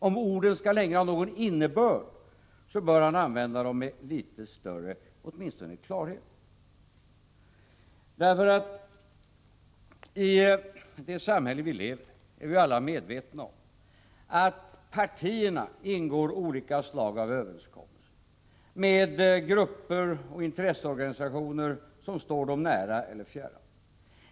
Om orden skall ha någon innebörd, bör han använda dem med litet större klarhet. Vi är alla medvetna om att i det samhälle vi lever i ingår partierna olika slag av överenskommelser med grupper och intresseorganisationer som står dem nära eller fjärran.